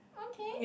okay